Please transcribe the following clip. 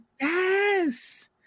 Yes